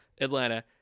Atlanta